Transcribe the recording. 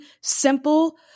simple